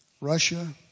Russia